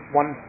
one